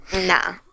nah